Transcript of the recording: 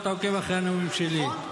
ואתה עוקב אחרי הנאומים שלי,